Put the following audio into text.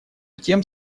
тем